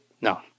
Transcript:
no